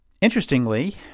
Interestingly